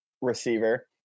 receiver